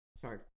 sorry